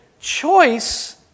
choice